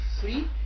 three